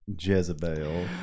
Jezebel